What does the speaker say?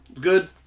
good